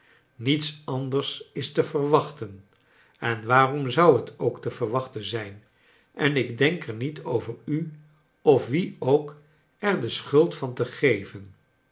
niets anders is te verwachten en waarom zou het ook te verwachten zijn en ik denk er niet over u of wien ook er de schuld van te geven